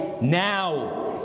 now